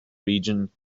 region